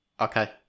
okay